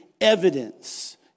evidence